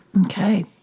Okay